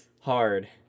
hard